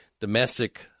Domestic